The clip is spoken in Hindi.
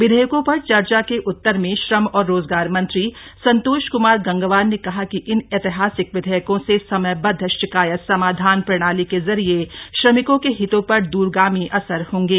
विधेयकों पर चर्चा के उत्तर में श्रम और रोज़गार मंत्री संतोष क्मार गंगवार ने कहा कि इन ऐतिहासिक विधेयकों से समयबद्ध शिकायत समाधान प्रणाली के ज़रिये श्रमिकों के हितों पर द्रगामी असर होंगे